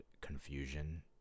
confusion